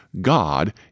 God